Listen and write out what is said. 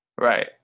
Right